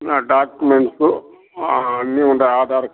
నా డాక్యుమెంట్సు అన్నీ ఉన్నాయి ఆధార్